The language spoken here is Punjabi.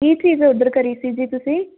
ਕੀ ਚੀਜ਼ ਔਡਰ ਕਰੀ ਸੀ ਜੀ ਤੁਸੀਂ